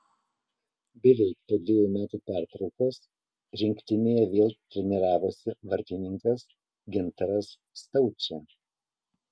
beveik po dvejų metų pertraukos rinktinėje vėl treniravosi vartininkas gintaras staučė